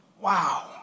Wow